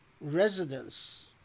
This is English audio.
Residence